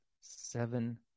Seven